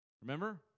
Remember